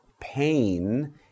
pain